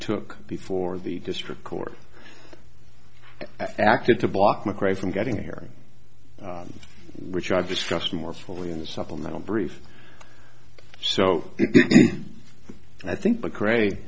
took before the district court acted to block mcrae from getting a hearing which i've discussed more fully in the supplemental brief so i think the kra